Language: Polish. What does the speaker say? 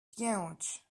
pięć